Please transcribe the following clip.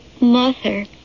Mother